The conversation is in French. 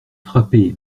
frapper